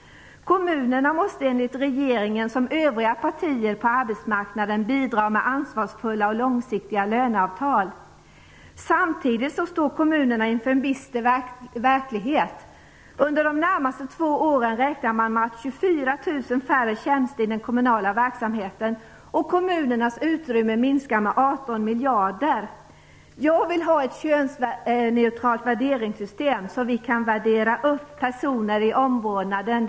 Enligt regeringen måste kommunerna liksom övriga parter på arbetsmarknaden bidra med ansvarsfulla och långsiktiga löneavtal. Samtidigt står kommunerna inför en bister verklighet. Under de närmaste två åren räknar man med 24 000 färre tjänster i den kommunala verksamheten. Kommunernas utrymme minskar med 18 miljarder. Jag vill ha ett könsneutralt värderingssystem, så att personer i omvårdnaden kan värderas upp.